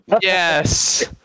Yes